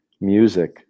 music